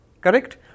correct